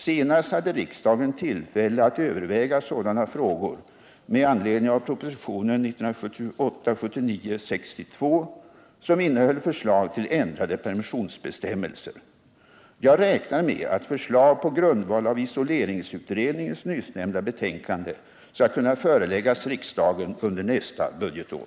Senast hade riksdagen tillfälle att överväga sådana frågor med anledning av propositionen 1978/79:62, som innehöll förslag till ändrade permissionsbestämmelser. Jag räknar med att förslag på grundval av isoleringsutredningens nyssnämnda betänkande skall kunna föreläggas riksdagen under nästa budgetår.